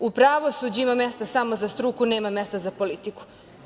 U pravosuđu ima mesta samo za struku, nema mesta za politiku.